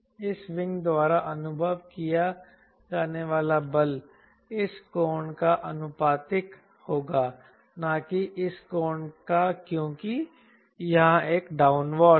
इस विंग द्वारा अनुभव किया जाने वाला बल इस कोण का आनुपातिक होगा न कि इस कोण का क्योंकि यहाँ एक डाउन वाश है